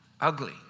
ugly